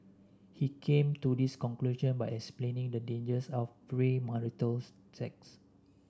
he came to this conclusion by explaining the dangers of premarital sex